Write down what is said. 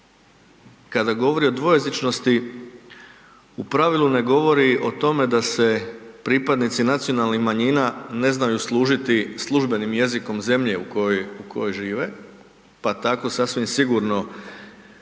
kada govori o dvojezičnosti u pravilu ne govori o tome da se pripadnici nacionalnih manjina ne znaju služiti službenim jezikom zemlje u kojoj, u kojoj žive, pa tako sasvim sigurno i